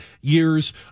years